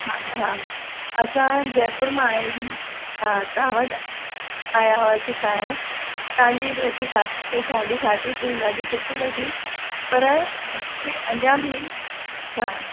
हा हा असां जयपुर मां आयल आहियूं हा तव्हां वटि आया हुयासीं खाइण तव्हांजी रोटी खाधी थाल्ही खाधीसीं ॾाढी सुठी लॻी पर मूंखे अञा बि हा